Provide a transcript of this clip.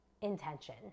intention